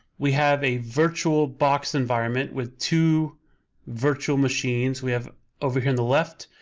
we have a virtual box environment with two virtual machines, we have over here on the left,